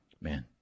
man